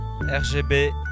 RGB